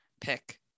pick